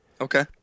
Okay